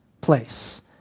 place